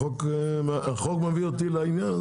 החוק מביא אותי לעניין.